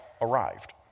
arrived